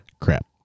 Crap